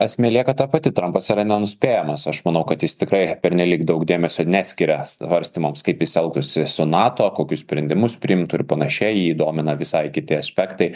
esmė lieka ta pati trampas yra nenuspėjamas aš manau kad jis tikrai pernelyg daug dėmesio neskiria svarstymams kaip jis elgtųsi su nato kokius sprendimus priimtų ir panašiai jį domina visai kiti aspektai